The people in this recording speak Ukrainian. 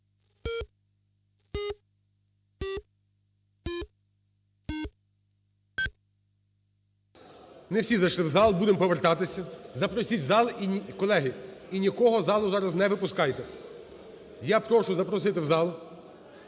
Не всі зайшли в зал, будемо повертатися. Запросіть в зал, колеги, і нікого з залу зараз не випускайте. Я прошу запросити в зал,